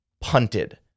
punted